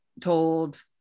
told